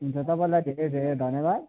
हुन्छ तपाईँलाई धेरै धेरै धन्यवाद